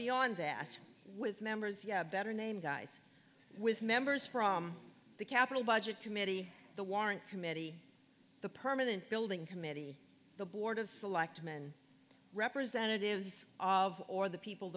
beyond that with members you have better name guys with members from the capital budget committee the warrant committee the permanent building committee the board of selectmen representatives of or the people